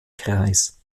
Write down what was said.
kreis